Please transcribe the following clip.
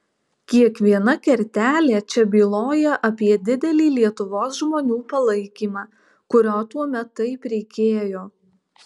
kiekviena kertelė čia byloja apie didelį lietuvos žmonių palaikymą kurio tuomet taip reikėjo